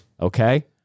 Okay